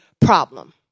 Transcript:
problem